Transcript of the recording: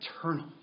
eternal